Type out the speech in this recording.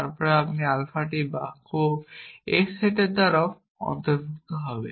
তারপর এই আলফাটি বাক্য s এর সেট দ্বারাও অন্তর্ভুক্ত হবে